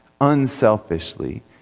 unselfishly